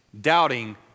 doubting